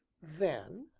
then,